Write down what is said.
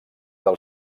del